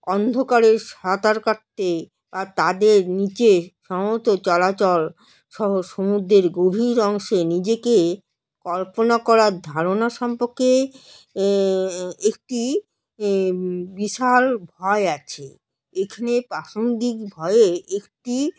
অন্ধকারে সাঁতার কাটতে বা তাদের নিচের সমস্ত চলাচলসহ সমুদ্রের গভীর অংশে নিজেকে কল্পনা করার ধারণা সম্পর্কে এ একটি এ বিশাল ভয় আছে এখানে প্রাসঙ্গিক ভয়ে একটি